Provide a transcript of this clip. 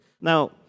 now